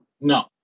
No